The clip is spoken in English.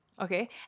Okay